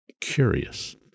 curious